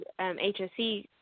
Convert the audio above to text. HSC